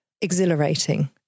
exhilarating